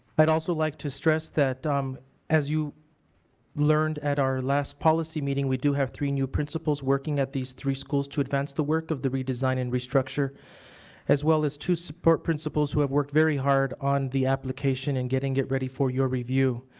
i'd also like to stress that um as you learned at our last policy meeting we do have three new principals working at these three schools to advance the work of the redesign and restructure as well as two support principals who have worked very hard on the application and getting it ready for your review.